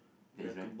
that is right